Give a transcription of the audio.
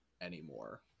anymore